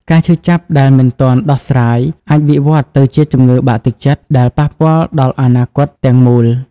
ការឈឺចាប់ដែលមិនទាន់ដោះស្រាយ អាចវិវត្តទៅជាជំងឺបាក់ទឹកចិត្ត ដែលប៉ះពាល់ដល់អនាគតទាំងមូល។